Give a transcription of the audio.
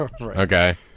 Okay